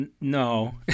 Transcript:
no